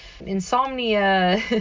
insomnia